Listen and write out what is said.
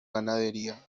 ganadería